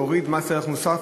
להוריד מס ערך מוסף,